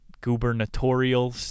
gubernatorial